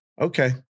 Okay